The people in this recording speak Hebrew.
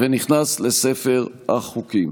ונכנס לספר החוקים.